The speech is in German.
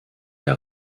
der